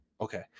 okay